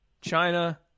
China